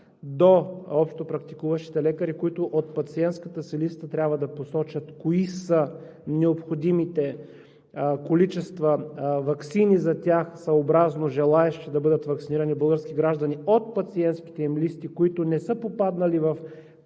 до общопрактикуващите лекари, които от пациентската си листа трябва да посочат кои са необходимите количества ваксини за тях съобразно желаещи да бъдат ваксинирани български граждани от пациентските им листи, които не са попаднали в първите фази